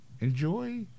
enjoy